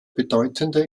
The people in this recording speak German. bedeutende